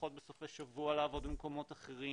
שהולכות בסופי שבוע לעבוד במקומות אחרים,